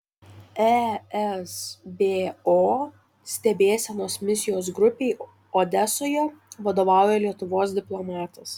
esbo stebėsenos misijos grupei odesoje vadovauja lietuvos diplomatas